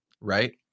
right